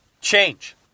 change